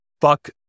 Fuck